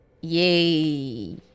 yay